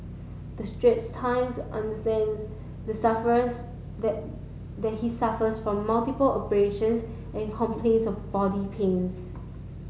the Straits Times understands the suffers that he suffers from multiple abrasions and complains of body pains